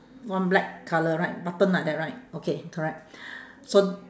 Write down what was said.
one black colour right button like that right okay correct so